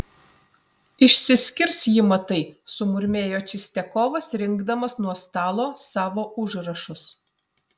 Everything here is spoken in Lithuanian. išsiskirs ji matai sumurmėjo čistiakovas rinkdamas nuo stalo savo užrašus